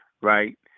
right